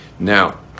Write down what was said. Now